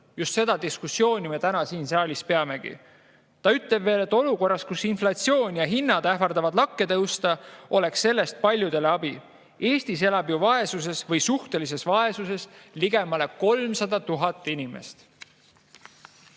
Just sellist diskussiooni me täna siin saalis peamegi. Ta ütles veel, et olukorras, kus inflatsioon ja hinnad ähvardavad lakke tõusta, oleks sellest paljudele abi. Eestis elab suhtelises vaesuses ligi 300 000 inimest.